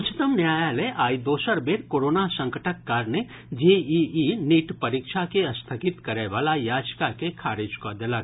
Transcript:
उच्चतम न्यायालय आइ दोसर बेर कोरोना संकटक कारणे जेईई नीट परीक्षा के स्थगित करयवला याचिका के खारिज कऽ देलक